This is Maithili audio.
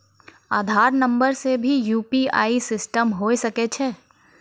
आधार नंबर से भी यु.पी.आई सिस्टम होय सकैय छै?